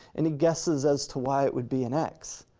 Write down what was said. any guesses as to why it would be an x?